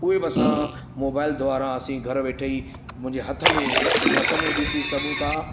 उहे बि असां मोबाइल द्वारा असी घर वेठे ई मुंहिंजे हथ में ॾिसी सघूं था